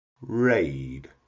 raid